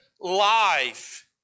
life